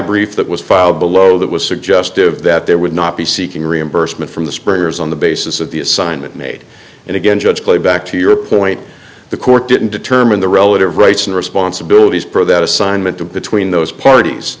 brief that was filed below that was suggestive that there would not be seeking reimbursement from the sprayers on the basis of the assignment made and again judge playback to your point the court didn't determine the relative rights and responsibilities per that assignment to between those parties